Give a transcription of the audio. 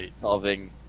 ...solving